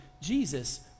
Jesus